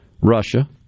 Russia